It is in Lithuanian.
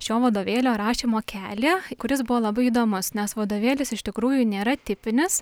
šio vadovėlio rašymo kelią kuris buvo labai įdomus nes vadovėlis iš tikrųjų nėra tipinis